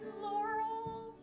Laurel